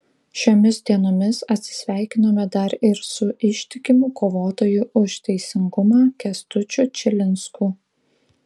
šiomis dienomis atsisveikinome dar ir su ištikimu kovotoju už teisingumą kęstučiu čilinsku